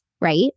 right